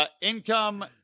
income